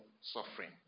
suffering